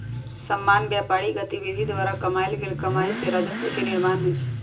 सामान्य व्यापारिक गतिविधि द्वारा कमायल गेल कमाइ से राजस्व के निर्माण होइ छइ